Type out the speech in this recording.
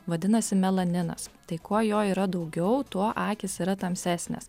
vadinasi melaninas tai kuo jo yra daugiau tuo akys yra tamsesnės